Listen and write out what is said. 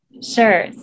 Sure